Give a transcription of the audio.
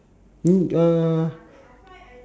no uh